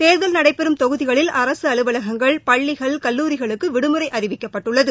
தேர்தல் நடைபெறும் தொகுதிகளில் அரசுஅலுவலகங்கள் பள்ளிகள் கல்லூரிகளுக்குவிடுமுறைஅறிவிக்கப்பட்டுள்ளது